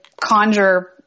conjure